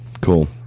cool